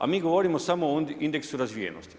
A mi govorimo samo o indeksu razvijenosti.